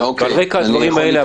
על רקע הדברים האלה,